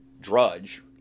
Drudge